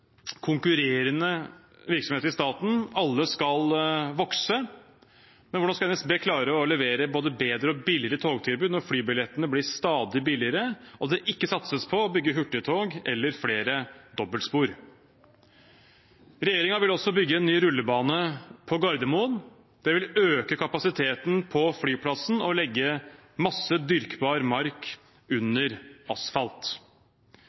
konkurrerende virksomheter i staten skal vokse, men hvordan skal NSB klare å levere både bedre og billigere togtilbud når flybillettene blir stadig billigere og det ikke satses på å bygge hurtigtog eller flere dobbeltspor? Regjeringen vil også bygge en ny rullebane på Gardermoen. Det vil øke kapasiteten på flyplassen og legge masse dyrkbar mark under asfalt.